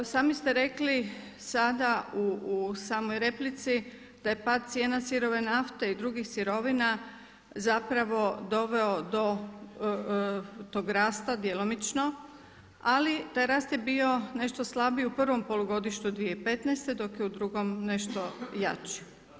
Sami ste rekli sada u samoj replici da je pad cijena sirove nafte i drugih sirovina zapravo doveo do tog rasta djelomično, ali taj rast je bio nešto slabiji u prvom polugodištu 2015. dok je u drugom nešto jači.